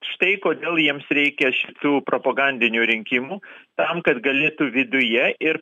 štai kodėl jiems reikia šitų propagandinių rinkimų tam kad galėtų viduje ir